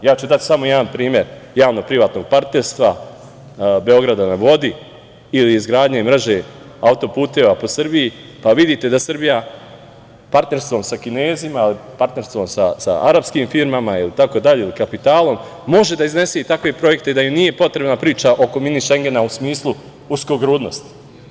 Daću samo jedan primer javno-privatnog partnerstva „Beograda na vodi“ ili izgradnje i mreže autoputeva u Srbiji, pa vidite da Srbija partnerstvom sa Kinezima, partnerstvom sa arapskim firmama itd, kapitalom, može da iznese i takve projekte da im nije potrebna priča oko „mini Šengena“ u smislu uskogrudnosti.